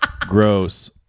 Gross